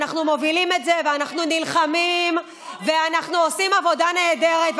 אנחנו מובילים את זה ואנחנו נלחמים ואנחנו עושים עבודה נהדרת.